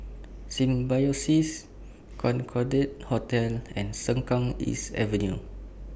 Symbiosis Concorde Hotel and Sengkang East Avenue